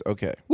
Okay